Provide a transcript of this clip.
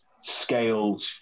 scaled